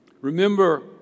Remember